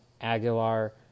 Aguilar